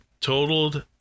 totaled